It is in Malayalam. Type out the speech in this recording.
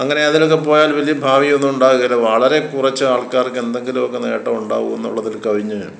അങ്ങനെ അതിനൊക്കെ പോയാൽ വലിയ ഭാവിയൊന്നും ഉണ്ടാകുകേല വളരെ കുറച്ച് ആൾക്കാർക്കെന്തെങ്കിലുമൊക്കെ നേട്ടം ഉണ്ടാവുമെന്നുള്ളതിൽ കവിഞ്ഞ്